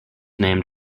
named